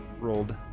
rolled